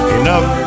enough